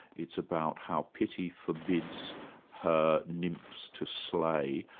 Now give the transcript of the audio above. it's about how pity forbids her nymphs to slay,